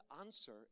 answer